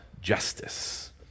justice